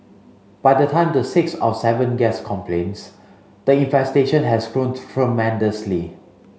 by the time the sixth or seventh guest complains the infestation has grown tremendously